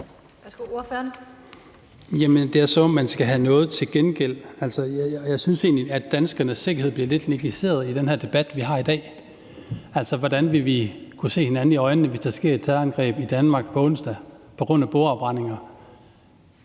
det er, som om man skal have noget til gengæld. Jeg synes egentlig, at danskernes sikkerhed bliver negligeret lidt i den her debat, vi har i dag. Hvordan skal vi kunne se hinanden i øjnene, hvis der sker et terrorangreb i Danmark på onsdag på grund af bogafbrændinger?